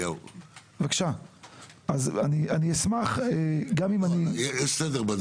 אני אשמח לשמוע אותו --- יש סדר דוברים.